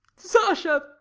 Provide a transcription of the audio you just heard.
sasha? oh,